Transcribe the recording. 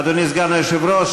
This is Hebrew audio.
אדוני סגן היושב-ראש,